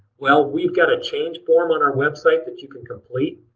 well we've got a change form on our website that you can complete,